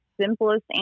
simplest